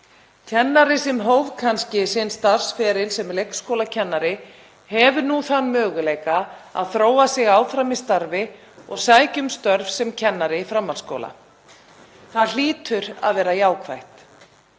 Kennari sem hóf sinn starfsferil kannski sem leikskólakennari hefur nú þann möguleika að þróa sig áfram í starfi og sækja um störf sem kennari í framhaldsskóla. Það hlýtur að vera jákvætt.